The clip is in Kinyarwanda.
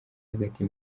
hagati